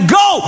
go